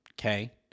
Okay